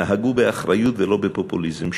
נהגו באחריות ולא בפופוליזם,